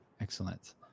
Excellent